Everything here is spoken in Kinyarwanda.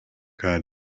kandi